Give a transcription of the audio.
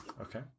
okay